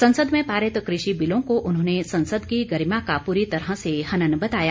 संसद में पारित कृषि बिलों को उन्होंने संसद की गरिमा का पूरी तरह से हनन बताया